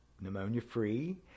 pneumonia-free